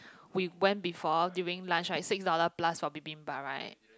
we went before during lunch right six dollar plus for bibimbap right